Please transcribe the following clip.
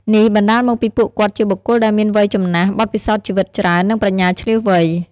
នេះបណ្ដាលមកពីពួកគាត់ជាបុគ្គលដែលមាន វ័យចំណាស់ បទពិសោធន៍ជីវិតច្រើន និងប្រាជ្ញាឈ្លាសវៃ។